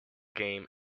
game